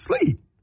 sleep